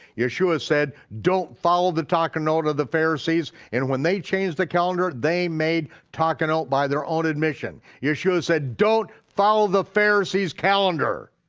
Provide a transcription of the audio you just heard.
yeshua said don't follow the takanot of the pharisees, and when they changed the calendar, they made takanot by their own admission. yeshua said don't follow the pharisees' calendar.